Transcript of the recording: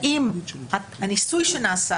האם הניסוי שנעשה,